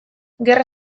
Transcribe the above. gerra